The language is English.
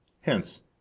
Hence